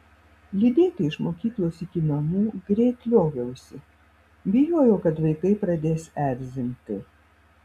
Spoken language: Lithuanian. lydėti iš mokyklos iki namų greit lioviausi bijojau kad vaikai pradės erzinti